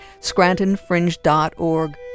ScrantonFringe.org